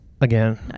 again